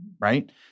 Right